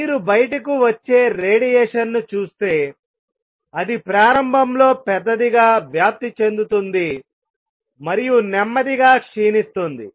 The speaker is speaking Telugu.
మీరు బయటకు వచ్చే రేడియేషన్ను చూస్తే అది ప్రారంభంలో పెద్దదిగా వ్యాప్తి చెందుతుంది మరియు నెమ్మదిగా క్షీణిస్తుంది